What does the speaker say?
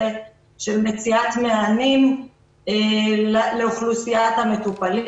של מציאת מענים לאוכלוסיית המטופלים,